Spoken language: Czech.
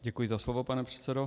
Děkuji za slovo, pane předsedo.